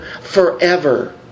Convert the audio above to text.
forever